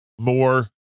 more